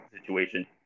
situation